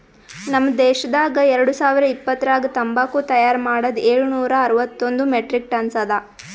ನಮ್ ದೇಶದಾಗ್ ಎರಡು ಸಾವಿರ ಇಪ್ಪತ್ತರಾಗ ತಂಬಾಕು ತೈಯಾರ್ ಮಾಡದ್ ಏಳು ನೂರಾ ಅರವತ್ತೊಂದು ಮೆಟ್ರಿಕ್ ಟನ್ಸ್ ಅದಾ